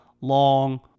long